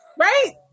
Right